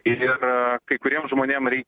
ir kai kuriem žmonėm reikia